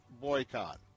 boycott